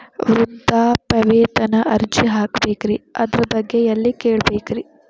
ವೃದ್ಧಾಪ್ಯವೇತನ ಅರ್ಜಿ ಹಾಕಬೇಕ್ರಿ ಅದರ ಬಗ್ಗೆ ಎಲ್ಲಿ ಕೇಳಬೇಕ್ರಿ?